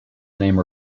name